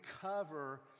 cover